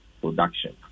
production